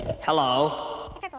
Hello